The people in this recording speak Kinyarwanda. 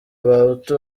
abahutu